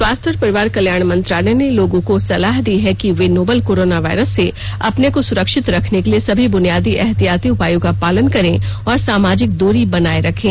स्वास्थ्य और परिवार कल्याण मंत्रालय ने लोगों को सलाह दी है कि वे नोवल कोरोना वायरस से अपने को सुरक्षित रखने के लिए सभी बुनियादी एहतियाती उपायों का पालन करें और सामाजिक दूरी बनाए रखें